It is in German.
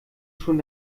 schon